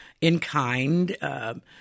in-kind